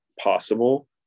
possible